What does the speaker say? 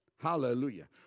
Hallelujah